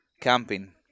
camping